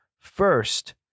first